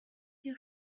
your